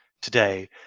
today